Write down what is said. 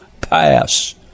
pass